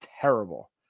terrible